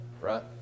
right